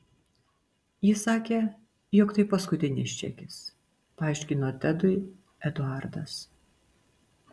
ji sakė jog tai paskutinis čekis paaiškino tedui eduardas